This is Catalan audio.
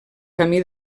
camí